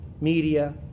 media